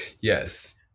Yes